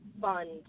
fund